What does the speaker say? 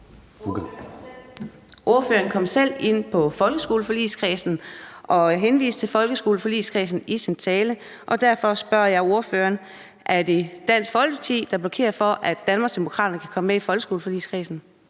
Ordføreren kom selv ind på folkeskoleforligskredsen og henviste til folkeskoleforligskredsen i sin tale, og derfor spørger jeg ordføreren, om det er Dansk Folkeparti, der blokerer for, at Danmarksdemokraterne kan komme med i folkeskoleforligskredsen.